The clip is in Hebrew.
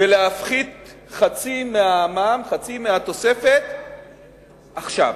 ולהפחית חצי מהתוספת עכשיו.